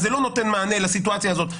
אז זה לא נותן מענה לסיטואציה הזאת,